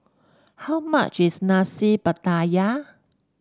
how much is Nasi Pattaya